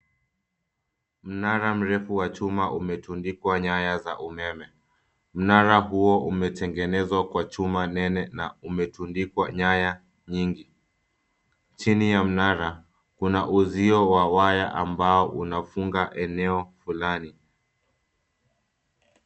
Mnara mrefu wa chuma umetundikwa nyaya za umeme. Mnara huo umetegenezwa kwa chuma nene na umetundikwa nyaya nyingi. Chini ya mnara kuna uzio wa waya ambao unafuga eneo fulani.